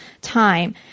time